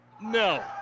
No